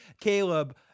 caleb